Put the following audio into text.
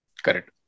correct